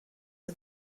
are